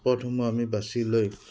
পথসমূহ আমি বাচি লৈ